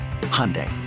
Hyundai